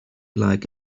like